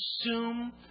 assume